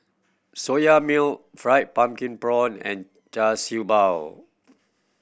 Soya Milk fried pumpkin prawn and Char Siew Bao